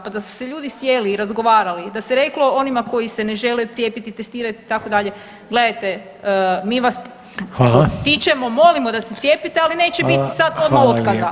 Pa da su se ljudi sjeli i razgovarali i da se reklo onima koji se ne žele cijepiti, testirati itd. gledajte mi vas potičemo, molimo da se cijepite ali neće biti sada odmah otkaza.